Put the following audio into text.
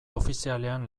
ofizialean